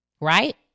right